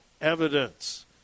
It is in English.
evidence